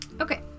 Okay